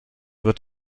wird